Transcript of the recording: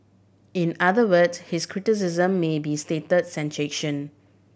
in other words his criticism may be state sanction